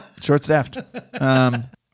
Short-staffed